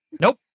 Nope